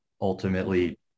ultimately